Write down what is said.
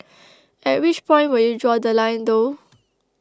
at which point would you draw The Line though